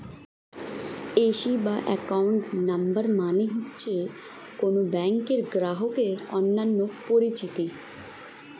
AC বা account number মানে হচ্ছে কোন ব্যাংকের গ্রাহকের অন্যান্য পরিচিতি